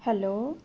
hello